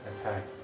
okay